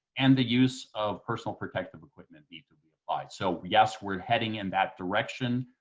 and the use of personal protective equipment needs to be applied. so yes, we're heading in that direction.